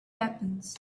weapons